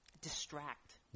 Distract